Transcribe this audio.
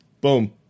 boom